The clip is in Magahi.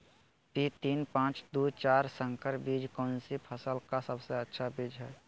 पी तीन पांच दू चार संकर बीज कौन सी फसल का सबसे अच्छी बीज है?